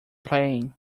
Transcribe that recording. playing